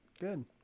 Good